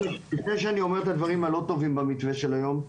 לפני שאני אומר את הדברים הלא טובים במתווה שהוגש כאן היום,